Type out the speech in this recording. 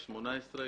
2018,